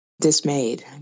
dismayed